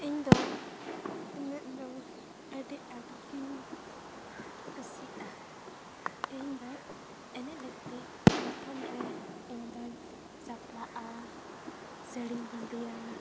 ᱤᱧᱫᱚ ᱮᱱᱮᱡ ᱫᱚ ᱟᱹᱰᱤ ᱟᱸᱴᱜᱤᱧ ᱠᱩᱥᱤᱭᱟᱜᱼᱟ ᱤᱧ ᱫᱚ ᱮᱱᱮᱡ ᱞᱟᱹᱜᱤᱫᱼᱛᱮ ᱯᱨᱚᱛᱷᱚᱢ ᱨᱮ ᱤᱧᱫᱚᱧ ᱥᱟᱯᱲᱟᱜᱼᱟ ᱥᱟᱹᱲᱤᱧ ᱵᱟᱸᱫᱮᱭᱟ